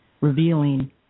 revealing